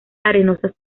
arenosas